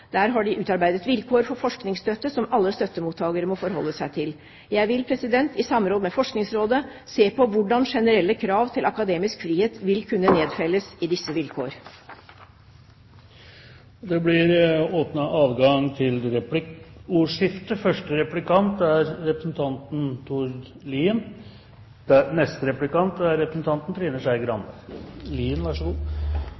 Der har de utarbeidet vilkår for forskningsstøtte som alle støttemottakere må forholde seg til. Jeg vil i samråd med Forskningsrådet se på hvordan generelle krav til akademisk frihet vil kunne nedfelles i disse vilkår. Det blir adgang til replikkordskifte. Jeg er